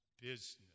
business